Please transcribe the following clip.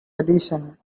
edition